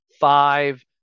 five